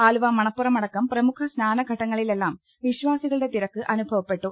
ആലുവ്യമണ്പ്പുറം അടക്കം പ്രമുഖ സ്നാനഘട്ടങ്ങളിലെല്ലാം വിശ്വാസികളുടെ തിരക്ക് അനുഭ വപ്പെട്ടു